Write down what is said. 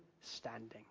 standing